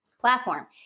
platform